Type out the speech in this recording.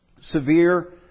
Severe